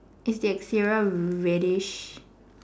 is the exterior reddish